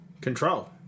control